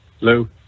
Lou